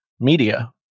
media